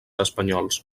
espanyols